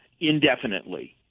indefinitely